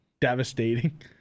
devastating